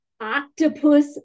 octopus